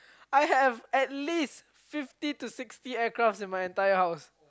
I have at least fifty to sixty aircraft in my entire house